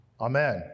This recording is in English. Amen